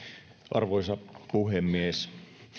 arvoisa puhemies